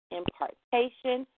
impartation